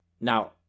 Now